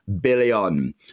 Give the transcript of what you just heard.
billion